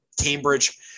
cambridge